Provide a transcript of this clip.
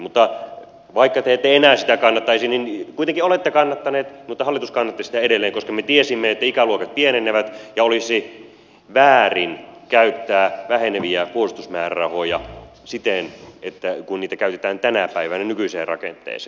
mutta vaikka te ette enää sitä kannattaisi niin kuitenkin olette kannattaneet mutta hallitus kannatti sitä edelleen koska me tiesimme että ikäluokat pienenevät ja olisi väärin käyttää väheneviä puolustusmäärärahoja siten kuin niitä käytetään tänä päivänä nykyiseen rakenteeseen